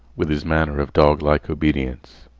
with his manner of doglike obedience,